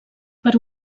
per